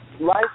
life